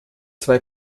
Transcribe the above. zwei